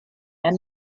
and